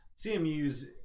CMU's